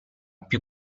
più